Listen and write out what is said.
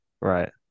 Right